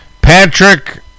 Patrick